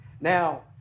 Now